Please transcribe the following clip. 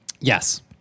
yes